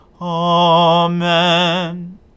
Amen